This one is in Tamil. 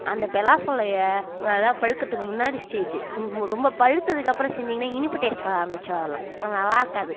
அந்த பலாசொலைய நல்லா பழுக்குறதுக்கு முன்னாடி ஸ்டேஜு ரொம்ப பழுத்ததுக்கப்பறம் செஞ்சீங்கன்னா இனிப்பு டேஸ்ட் வர ஆரம்மிச்சிடும் அதில் அது நல்லாருக்காது